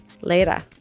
Later